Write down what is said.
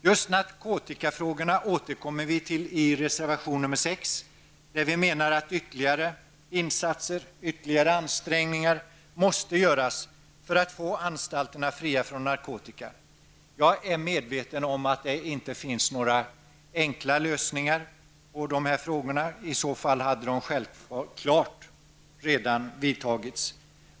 Just narkotikafrågorna återkommer vi till i reservation nr 6, där vi menar att ytterligare ansträngningar måste göras för att få anstalterna fria från narkotika. Jag är medveten om att det inte finns några enkla lösningar på de här frågorna; i så fall hade de åtgärderna självfallet redan vidtagits.